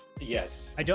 Yes